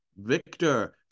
Victor